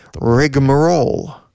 Rigmarole